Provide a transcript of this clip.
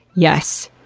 yes,